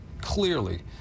clearly